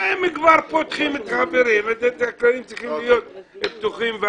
הכללים צריכים להיות פתוחים,